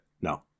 No